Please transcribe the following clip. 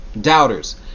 doubters